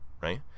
Right